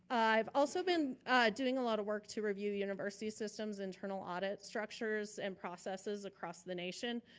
i've also been doing a lot of work to review university system's internal audit structures and processes across the nation,